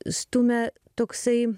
stumia toksai